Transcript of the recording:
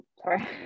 Sorry